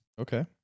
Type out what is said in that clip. Okay